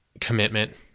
commitment